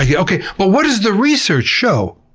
yeah okay, but what is the research show?